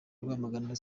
rwamagana